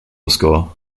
score